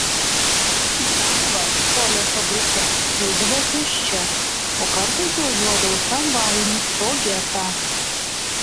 į darbą tolio fabrike eidavau pėsčia o kartais važiuodavau tramvajumi pro getą